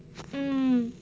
mm